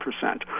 percent